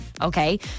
okay